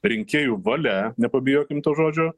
rinkėjų valia nepabijokim to žodžio